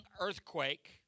earthquake